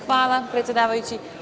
Hvala, predsedavajući.